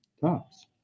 Tops